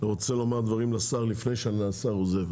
רוצה לומר דברים לשר לפני שהשר עוזב.